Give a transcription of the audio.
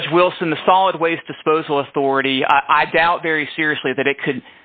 judge wilson the solid waste disposal authority i doubt very seriously that it could